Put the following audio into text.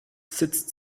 sitzt